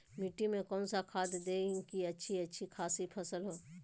मिट्टी में कौन सा खाद दे की अच्छी अच्छी खासी फसल हो?